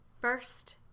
first